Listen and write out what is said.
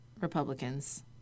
Republicans